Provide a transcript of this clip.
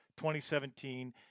2017